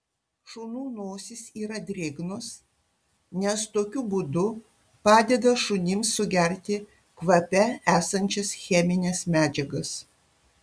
šunų nosys yra drėgnos nes tokiu būdu padeda šunims sugerti kvape esančias chemines medžiagas